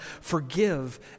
forgive